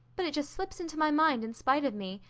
but it just slips into my mind in spite of me.